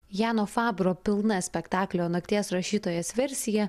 jano fabro pilna spektaklio nakties rašytojas versija